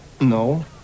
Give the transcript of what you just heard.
No